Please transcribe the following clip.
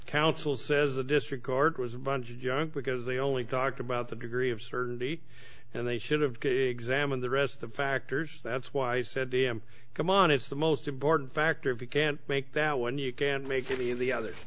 council says the district court was a bunch of junk because they only talked about the degree of certainty and they should have examined the rest of the factors that's why i said am come on it's the most important factor if you can't make that one you can't make any of the other